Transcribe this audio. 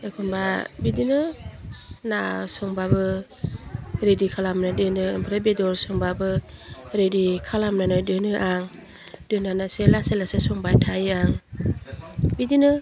एखनबा बिदिनो ना संबाबो रेडि खालामना दोनो ओमफ्राय बेदर संबाबो रेडि खालामनानै दोनो आं दोननानैसो लासै लासै संबाय थायो आं बिदिनो